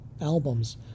albums